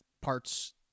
parts